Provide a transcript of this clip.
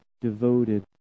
devoted